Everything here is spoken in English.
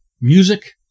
Music